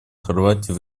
хорватии